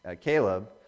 Caleb